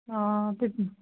অঁ তেত